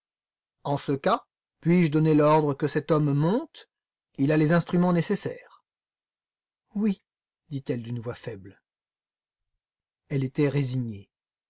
en ce cas puis-je donner l'ordre que cet homme monte il a les instruments nécessaires oui dit-elle d'une voix faible comme un souffle elle était résignée